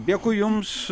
dėkui jums